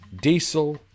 diesel